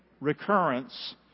recurrence